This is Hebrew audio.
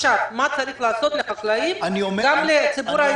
מה צריך לעשות עכשיו לחקלאים וגם לציבור הישראלי.